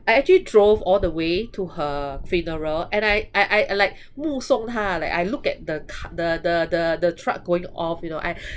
I actually drove all the way to her funeral and I I I like 目送她 like I look at the car the the the the truck going off you know I